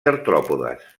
artròpodes